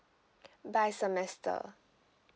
by semester